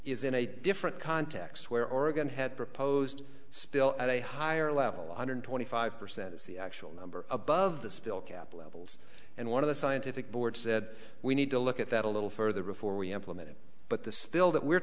is in a different context where oregon had proposed spill at a higher level one hundred twenty five percent is the actual number above the spill cap levels and one of the scientific boards said we need to look at that a little further before we implement it but the spill that we're